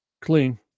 clean